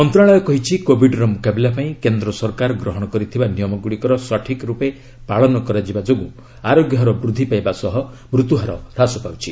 ମନ୍ତ୍ରଣାଳୟ କହିଛି କୋବିଡର ମୁକାବିଲା ପାଇଁ କେନ୍ଦ୍ର ସରକାର ଗ୍ରହଣ କରିଥିବା ନିୟମଗୁଡ଼ିକର ସଠିକ୍ ରୂପେ ପାଳନ କରାଯିବା ଯୋଗୁଁ ଆରୋଗ୍ୟ ହାର ବୃଦ୍ଧି ପାଇବା ସହ ମୃତ୍ୟୁହାର ହ୍ରାସ ପାଉଛି